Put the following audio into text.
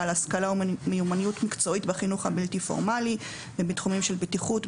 בעל השכלה ומיומנות מקצועית בחינוך הבלתי פורמלי ובתחומים של בטיחות,